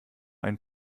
ein